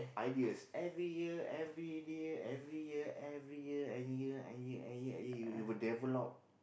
ideas every year every year every year every year any year any year any year any year you will develop